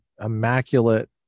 immaculate